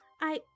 I-